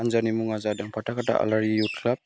हानजानि मुङा जादों फाथाखाथा आलारि युथ ख्लाब